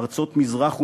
ארצות מזרח ומערב,